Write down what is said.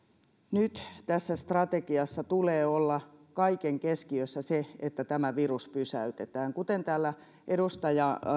nyt tässä strategiassa tulee olla kaiken keskiössä se että tämä virus pysäytetään kuten täällä edustaja